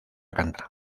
cantar